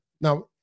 Now